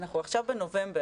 אנחנו עכשיו בנובמבר.